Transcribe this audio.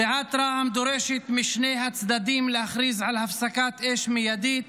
סיעת רע"מ דורשת משני הצדדים להכריז על הפסקת אש מיידית